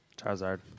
Charizard